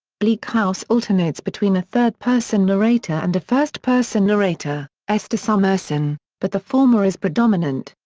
bleak house alternates between a third-person narrator and a first-person narrator, esther summerson, but the former is predominant.